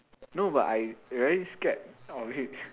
no but I very scared of it